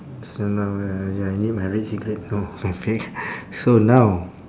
so now uh ya I need my red cigarette know my fake so now